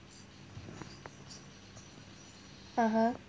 (uh huh)